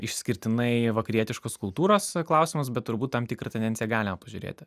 išskirtinai vakarietiškos kultūros klausimas bet turbūt tam tikrą tendenciją galime pažiūrėti